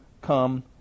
come